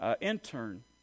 intern